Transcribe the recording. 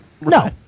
No